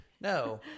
No